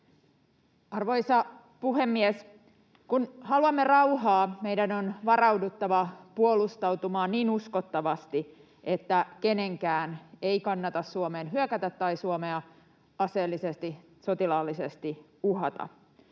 Arvoisa puhemies! Kun haluamme rauhaa, meidän on varauduttava puolustautumaan niin uskottavasti, että kenenkään ei kannata Suomeen hyökätä tai Suomea aseellisesti, sotilaallisesti uhata.